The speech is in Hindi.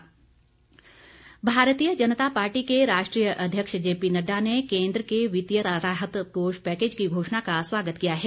आभार भारतीय जनता पार्टी के राष्ट्रीय अध्यक्ष जेपी नड्डा ने केन्द्र के वित्तीय राहत कोष पैकेज की घोषणा का स्वागत किया है